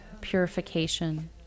purification